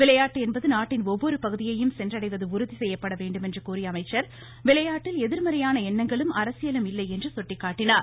விளையாட்டு என்பது நாட்டின் ஒவ்வொரு பகுதியையும் சென்றடைவது உறுதி செய்யப்படவேண்டும் என்று கூறிய அமைச்சர் விளையாட்டில் எதிர்மறையான எண்ணங்களும் அரசியலும் இல்லை என்று சுட்டிக்காட்டினார்